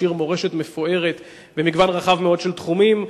השאיר מורשת מפוארת במגוון רחב מאוד של תחומים,